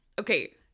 Okay